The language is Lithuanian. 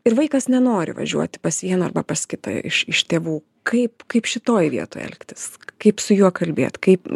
ir vaikas nenori važiuoti pas vieną arba pas kitą iš iš tėvų kaip kaip šitoj vietoj elgtis kaip su juo kalbėt kaip